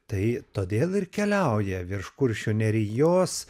tai todėl ir keliauja virš kuršių nerijos